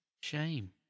Shame